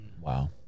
Wow